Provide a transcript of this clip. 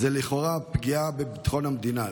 זאת לכאורה פגיעה בביטחון המדינה.